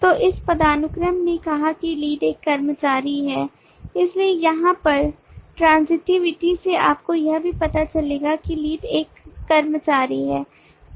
तो इस पदानुक्रम ने कहा कि लीड एक कर्मचारी है इसलिए यहाँ पर ट्रांसएक्टिविटी से आपको यह भी पता चलेगा कि लीड एक कर्मचारी है